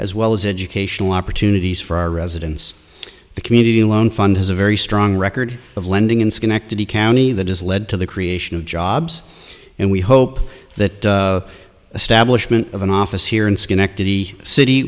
as well as educational opportunities for our residents the community loan fund has a very strong record of lending in schenectady county that has led to the creation of jobs and we hope the establishment of an office here in schenectady city